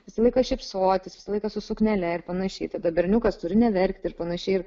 visą laiką šypsotis visą laiką su suknele ir panašiai tada berniukas turi neverkti ir panašiai ir